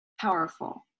powerful